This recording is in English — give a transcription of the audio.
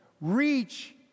reach